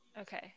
okay